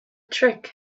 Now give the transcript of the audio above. trick